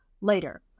later